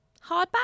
Hardback